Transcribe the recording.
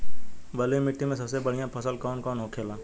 बलुई मिट्टी में सबसे बढ़ियां फसल कौन कौन होखेला?